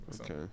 okay